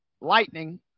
lightning